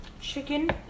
chicken